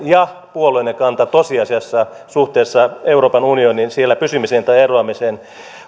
ja puolueenne kanta tosiasiassa suhteessa euroopan unioniin siellä pysymiseen tai eroamiseen